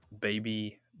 baby